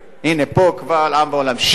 הנה, פה, קבל עם ועולם: שקל.